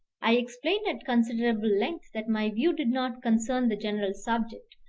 i explained at considerable length that my view did not concern the general subject,